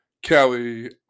Kelly